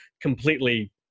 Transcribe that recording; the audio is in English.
completely